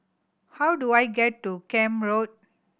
how do I get to Camp Road